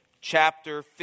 chapter